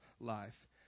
life